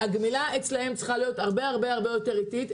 הגמילה אצלם צריכה להיות הרבה יותר איטית,